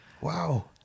Wow